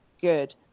good